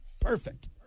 Perfect